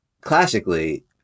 Classically